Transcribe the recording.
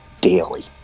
Daily